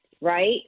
right